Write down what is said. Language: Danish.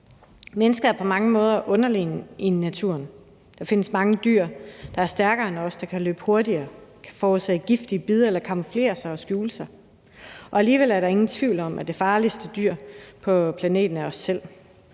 Mennesket er på mange måder underlegent i naturen. Der findes mange dyr, der er stærkere end os, og som kan løbe hurtigere, kan forårsage giftige bid eller kan camouflere sig og skjule sig. Alligevel er der ingen tvivl om, at det farligste dyr på planeten er os selv.